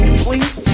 sweet